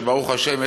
וברוך השם,